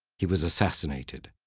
he was assassinated.